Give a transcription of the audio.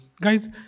Guys